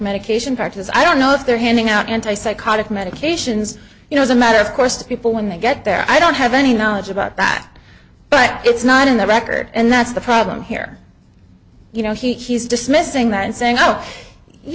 medication parties i don't know if they're handing out anti psychotic medications you know as a matter of course people when they get there i don't have any knowledge about that but it's not in the record and that's the problem here you know he's dismissing that